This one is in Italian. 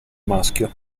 maschio